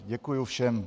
Děkuju všem.